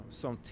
som